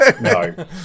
No